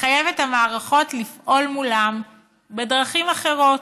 תחייב את המערכות לפעול מולם בדרכים אחרות,